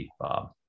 Bob